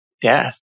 death